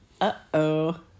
Uh-oh